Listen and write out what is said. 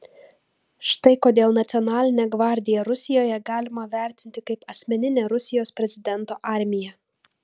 štai kodėl nacionalinę gvardiją rusijoje galima vertinti kaip asmeninę rusijos prezidento armiją